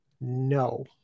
No